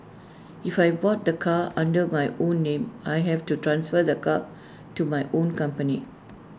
if I bought the car under my own name I have to transfer the car to my own company